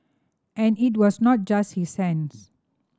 and it was not just his hands